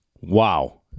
Wow